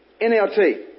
NLT